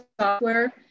software